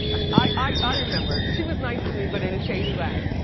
i remember. she was nice to me but in a shady way.